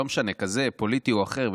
לא משנה אם פוליטי או אחר,